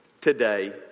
today